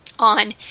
on